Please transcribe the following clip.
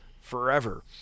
forever